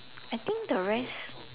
I think the rest